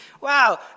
Wow